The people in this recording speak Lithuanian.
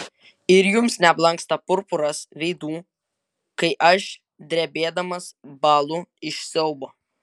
ir jums neblanksta purpuras veidų kai aš drebėdamas bąlu iš siaubo